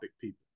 people